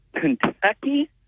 Kentucky